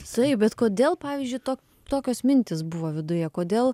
taip bet kodėl pavyzdžiui to tokios mintys buvo viduje kodėl